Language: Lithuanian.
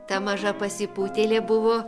ta maža pasipūtėlė buvo